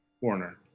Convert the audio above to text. Warner